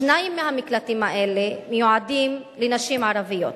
שניים מהמקלטים האלה מיועדים לנשים ערביות.